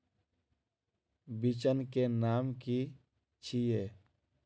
बिचन के नाम की छिये?